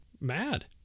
mad